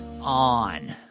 on